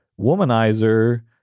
womanizer